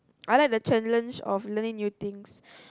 I like the challenge of learning new things